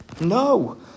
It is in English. No